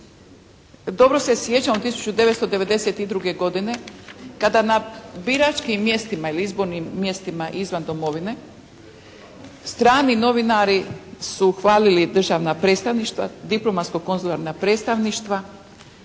dobro se sjećam 1992. godine kada na biračkim mjestima ili na izbornim mjestima izvan domovine, strani novinari su hvalili državna predstavništva, diplomatsko konzularna predstavništva